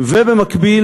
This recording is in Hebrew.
במקביל,